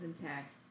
intact